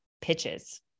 pitches